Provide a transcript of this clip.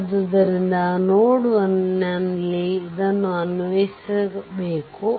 ಆದ್ದರಿಂದ ನೋಡ್ 1 ನಲ್ಲಿ ಇದನ್ನು ಅನ್ವಯಿಬೇಕು